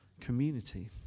community